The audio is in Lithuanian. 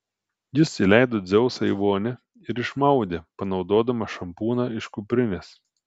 jis įleido dzeusą į vonią ir išmaudė panaudodamas šampūną iš kuprinės